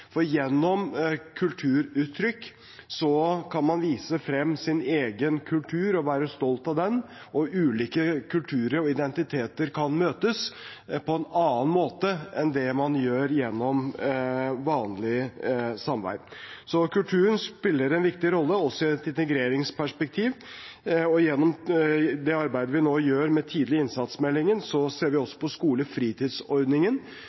For gjennom kulturuttrykk kan man vise frem sin egen kultur og være stolt av den, og ulike kulturer og identiteter kan møtes på en annen måte enn det man gjør gjennom vanlig samvær. Så kulturen spiller en viktig rolle også i et integreringsperspektiv, og gjennom det arbeidet vi nå gjør med meldingen om tidlig innsats, ser vi